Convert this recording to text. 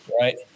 right